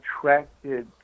attracted